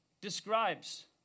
describes